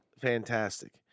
fantastic